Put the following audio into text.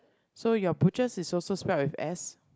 so your butchers is also spelt with S